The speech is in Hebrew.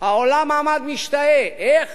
העולם עמד משתאה איך